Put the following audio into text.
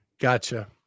Gotcha